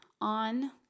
on